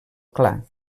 clar